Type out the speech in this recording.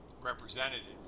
representative